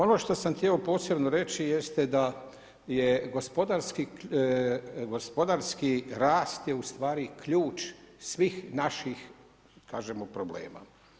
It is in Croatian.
Ono što sam htio posebno reći jeste da je gospodarski rast je ustvari ključ svih naših problema.